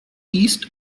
east